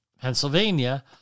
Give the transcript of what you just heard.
Pennsylvania